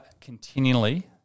continually